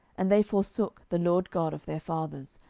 and they forsook the lord god of their fathers,